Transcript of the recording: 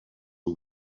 aux